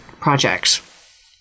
projects